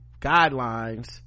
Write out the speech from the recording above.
guidelines